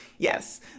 Yes